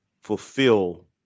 fulfill